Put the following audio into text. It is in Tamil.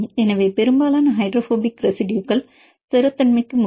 எனவே பெரும்பாலான ஹைட்ரோபோபிக் ரெசிடுயுகள் ஸ்திரத்தன்மைக்கு முக்கியம்